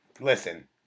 Listen